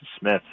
Smith